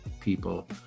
people